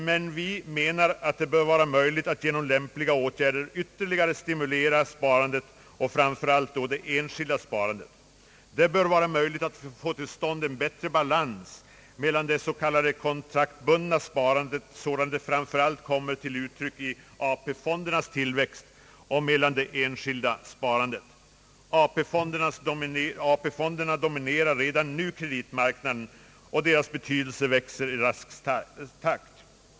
Men vi menar att det bör vara möjligt att genom lämpliga åtgärder ytterligare stimulera sparandet och framför allt då det enskilda sparandet. Det bör vara möjligt att få till stånd en bättre balans mellan det s.k. kontraktbundna sparandet, sådant det framför allt kommit till uttryck i AP-fondernas tillväxt och mellan det enskilda sparandet. AP-fonderna dominerar redan nu kreditmarknaden, och deras betydelse växer i rask takt.